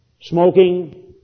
smoking